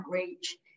outreach